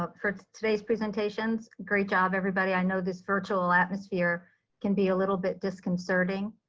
ah for today's presentations, great job everybody, i know this virtual atmosphere can be a little bit disconcerting.